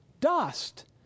dust